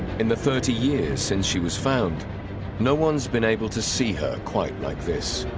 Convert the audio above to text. in the thirty years since she was found no one's been able to see her quite like this